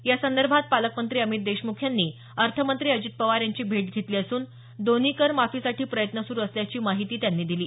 यासंदर्भात पालकमंत्री अमित देशमुख यांनी अर्थमंत्री अजित पवार यांची भेट घेतली असून दोन्ही कर माफीसाठी प्रयत्न सुरु असल्याची माहिती त्यांनी दिली